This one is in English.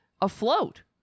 afloat